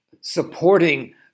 supporting